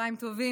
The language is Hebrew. צוהריים טובים.